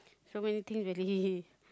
so many things really